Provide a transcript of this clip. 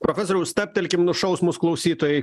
profesoriau stabtelkime nušaus mus klausytojai